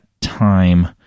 time